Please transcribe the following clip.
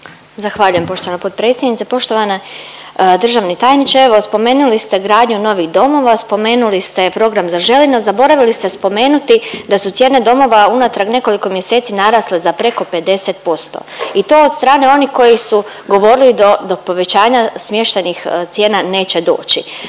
Zahvaljujem poštovana potpredsjednice. Poštovani državni tajniče, evo spomenuli ste gradnju novih domova, spomenuli ste program „Zaželi“, no zaboravili ste spomenuti da su cijene domova unatrag nekoliko mjeseci narasli za preko 50% i to od strane onih koji su govorili do, do povećanja smještajnih cijena neće doći,